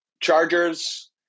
Chargers